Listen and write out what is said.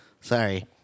Sorry